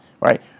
right